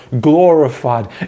glorified